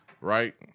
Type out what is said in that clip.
Right